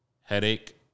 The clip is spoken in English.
Headache